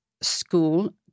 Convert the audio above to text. school